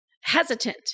hesitant